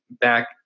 back